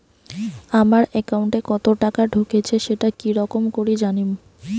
আমার একাউন্টে কতো টাকা ঢুকেছে সেটা কি রকম করি জানিম?